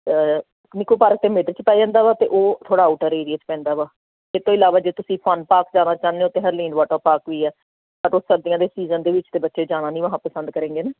Niku park ਤਾਂ mid 'ਚ ਪੈ ਜਾਂਦਾ ਵਾ ਅਤੇ ਉਹ ਥੋੜ੍ਹਾ ਆਊਟਰ ਏਰੀਆ 'ਚ ਪੈਂਦਾ ਵਾ ਇਹ ਤੋਂ ਇਲਾਵਾ ਜੇ ਤੁਸੀਂ ਫਨ ਪਾਰਕ ਜਾਣਾ ਚਾਹੁੰਦੇ ਹੋ ਅਤੇ ਹਰਲੀਨ ਵਾਟਰ ਪਾਕ ਵੀ ਹੈ ਤਾਂ ਸਰਦੀਆਂ ਦੇ ਸੀਜ਼ਨ ਦੇ ਵਿੱਚ ਤਾਂ ਬੱਚੇ ਜਾਣਾ ਨਹੀਂ ਹਾਂ ਪਸੰਦ ਕਰੇਂਗੇ ਨਾ